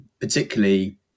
particularly